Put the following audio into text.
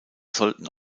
sollten